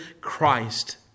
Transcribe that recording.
Christ